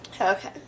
Okay